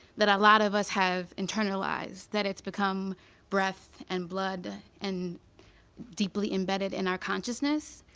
that a lot of us have internalized, that it's become breath and blood, and deeply embedded in our consciousness.